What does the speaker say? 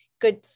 good